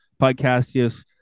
podcastius